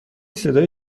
صدای